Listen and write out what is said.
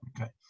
Okay